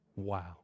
wow